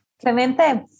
Clemente